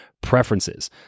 preferences